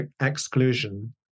exclusion